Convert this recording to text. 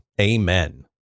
Amen